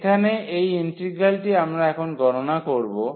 এখানে এই ইন্টিগ্রালটি আমরা এখন গণনা করব